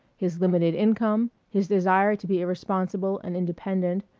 his limited income, his desire to be irresponsible and independent,